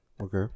Okay